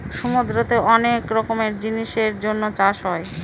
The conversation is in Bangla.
সমুদ্রতে অনেক রকমের জিনিসের জন্য চাষ হয়